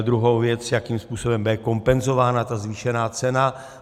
Druhá věc, jakým způsobem bude kompenzována ta zvýšená cena.